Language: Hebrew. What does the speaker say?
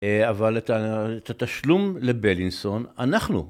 אבל את התשלום לבילינסון, אנחנו.